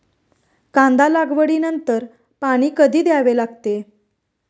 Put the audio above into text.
कांदा लागवडी नंतर पाणी कधी द्यावे लागते?